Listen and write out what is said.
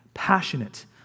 Passionate